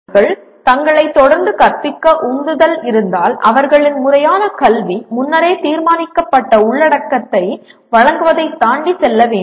மாணவர்கள் தங்களைத் தொடர்ந்து கற்பிக்க உந்துதல் இருந்தால் அவர்களின் முறையான கல்வி முன்னரே தீர்மானிக்கப்பட்ட உள்ளடக்கத்தை வழங்குவதைத் தாண்டி செல்ல வேண்டும்